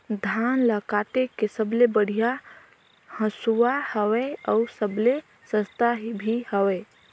धान ल काटे के सबले बढ़िया हंसुवा हवये? अउ सबले सस्ता भी हवे?